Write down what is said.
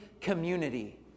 community